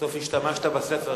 בסוף השתמשת בספר,